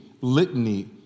litany